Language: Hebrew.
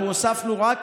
הוספנו רק